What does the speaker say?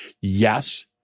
yes